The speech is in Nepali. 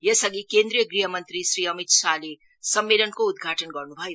यसअधि केन्द्रीय गृह मंत्री श्री अमीत शाहले सम्मेलनको उद्घाटन गर्नुभयो